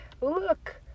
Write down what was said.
Look